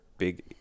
big